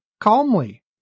calmly